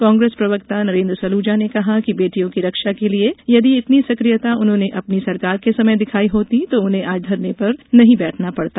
कांग्रेस प्रवक्ता नरेन्द्र सलूजा ने कहा कि बेटियों की रक्षा के लिए यदि इतनी सक्रियता उन्होंने अपनी सरकार के समय दिखाई होती तो उन्हें आज धरने पर नहीं बैठना पड़ता